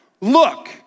Look